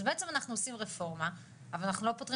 אז בעצם אנחנו עושים רפורמה אבל אנחנו לא פותרים